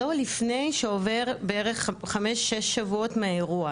לא לפני שעובר בערך חמש-שש שבועות מהאירוע,